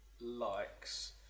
likes